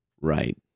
Right